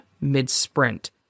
mid-sprint